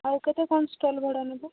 ଆଉ କେତେ କ'ଣ ଷ୍ଟଲ୍ ଭଡ଼ା ନେବ